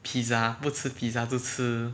pizza 不吃 pizza 就吃